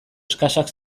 exkaxak